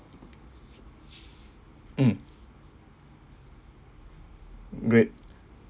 mm great